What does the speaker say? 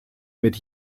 mit